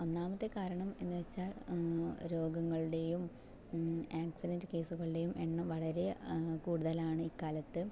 ഒന്നാമത്തെ കാരണം എന്ന് വെച്ചാൽ രോഗങ്ങളുടെയും ആക്സിഡൻറ്റ് കേസുകളുടെയും എണ്ണം വളരെ കൂടുതലാണ് ഈ കാലത്ത്